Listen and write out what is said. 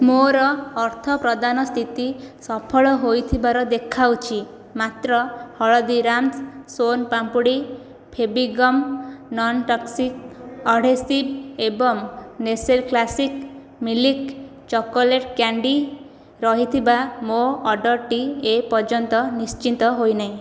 ମୋର ଅର୍ଥପ୍ରଦାନ ସ୍ଥିତି ସଫଳ ହୋଇଥିବାର ଦେଖାଉଛି ମାତ୍ର Haldiram's son papdi Fevigum non toxic adhesive ଏବଂ Nestle classic milk chocolate candy ରହିଥିବା ମୋ ଅର୍ଡ଼ର୍ଟି ଏପର୍ଯ୍ୟନ୍ତ ନିଶ୍ଚିତ ହୋଇନାହିଁ